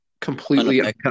completely